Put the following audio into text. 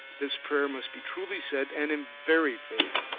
this prayer must be truly said, and in very faith,